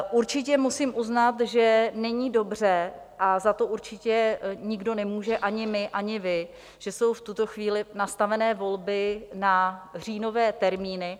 Určitě musím uznat, že není dobře, a za to určitě nikdo nemůže, ani my, ani vy, že jsou v tuto chvíli nastavené volby na říjnové termíny.